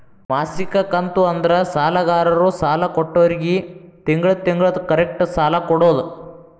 ಮಾಸಿಕ ಕಂತು ಅಂದ್ರ ಸಾಲಗಾರರು ಸಾಲ ಕೊಟ್ಟೋರ್ಗಿ ತಿಂಗಳ ತಿಂಗಳ ಕರೆಕ್ಟ್ ಸಾಲ ಕೊಡೋದ್